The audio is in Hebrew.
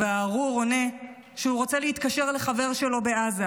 והארור עונה שהוא רוצה להתקשר לחבר שלו בעזה.